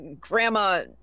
Grandma